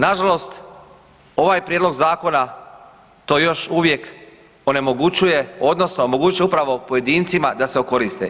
Nažalost ovaj prijedlog zakona to još uvijek onemogućuje odnosno omogućuje upravo pojedincima da se okoriste.